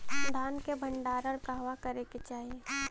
धान के भण्डारण कहवा करे के चाही?